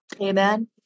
Amen